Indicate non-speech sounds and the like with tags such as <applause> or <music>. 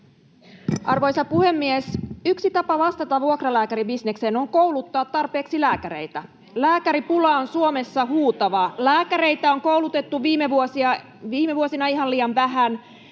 Arvoisa puhemies! Yksi tapa vastata vuokralääkäribisnekseen on kouluttaa tarpeeksi lääkäreitä. <noise> Lääkäripula on Suomessa huutava. Lääkäreitä on koulutettu viime vuosina ihan liian vähän.